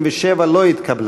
27 לא התקבלה.